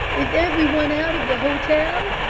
is every one out of the hotel?